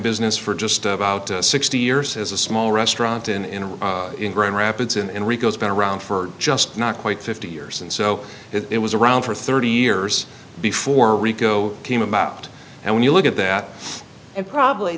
business for just about sixty years as a small restaurant in grand rapids and rico's been around for just not quite fifty years and so it was around for thirty years before rico came about and when you look at that and probably